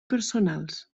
personals